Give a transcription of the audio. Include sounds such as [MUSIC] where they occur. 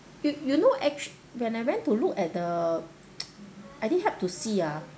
you you know ac~ when I went to look at the [NOISE] I did help to see ah